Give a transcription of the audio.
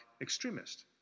extremist